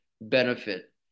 benefit